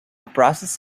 process